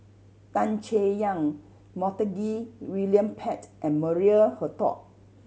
Tan Chay Yan Montague William Pett and Maria Hertogh